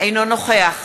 אינו נוכח